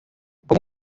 con